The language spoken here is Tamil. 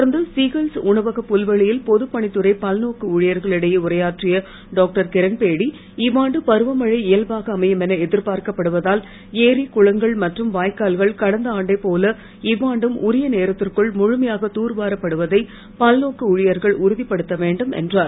தொடர்ந்து சீகல்ஸ் உணவக புல்வெளியில் பொதுப் பணித்துறை பல்நோக்கு ஊழியர்களிடையே உரையாற்றிய டாக்டர் கிரண்பேடி இவ்வாண்டு பருவமழை இயல்பாக அமையும் என எதிர்பார்க்கப்படுவதால் ஏரி குளங்கள் மற்றும் வாய்க்கால்கள் கடந்த ஆண்டை போல இவ்வாண்டும் உரிய நேரத்திற்குள் உறுதிப்படுத்த வேண்டும் என்றார்